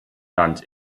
land